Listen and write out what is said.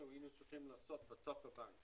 שהיינו צריכים לעשות בתוך הבנק